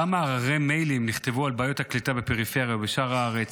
כמה הררי מיילים נכתבו על בעיות הקליטה בפריפריה ובשאר הארץ.